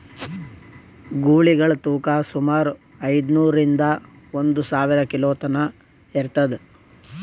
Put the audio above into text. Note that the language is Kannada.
ಗೂಳಿಗಳ್ ತೂಕಾ ಸುಮಾರ್ ಐದ್ನೂರಿಂದಾ ಒಂದ್ ಸಾವಿರ ಕಿಲೋ ತನಾ ಇರ್ತದ್